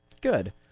Good